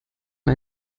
mal